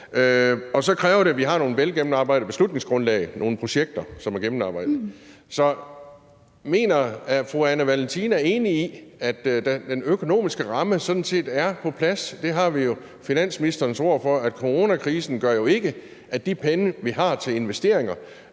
Og så kræver det, at vi har nogle velgennemarbejdede beslutningsgrundlag, nogle projekter, som er gennemarbejdet. Så er fru Anne Valentina Berthelsen enig i, at den økonomiske ramme sådan set er på plads? Det har vi finansministerens ord for. Coronakrisen gør jo ikke, at de penge, vi har til investeringer,